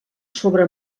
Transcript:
sobre